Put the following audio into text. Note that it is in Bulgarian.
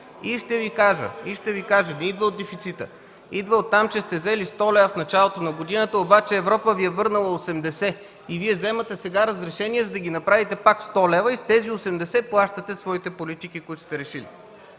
и реплики.) Не идва от дефицита, идва оттам, че сте взели 100 лв. в началото на годината, обаче Европа Ви е върнала осемдесет и Вие вземате сега разрешение, за да ги направите пак 100 лв. и с тези осемдесет плащате своите политики, които сте решили.